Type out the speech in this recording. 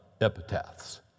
epitaphs